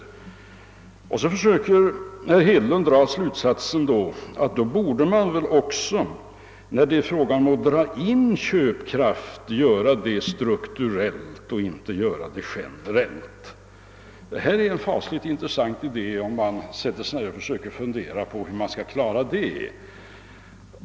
Därefter försöker herr Hedlund dra den slutsatsen, att man också när man vill dra in köpkraft borde göra det strukturellt och inte generellt. Det är mycket intressant att fundera över hur man skulle kunna klara en sådan uppgift.